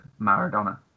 Maradona